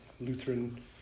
Lutheran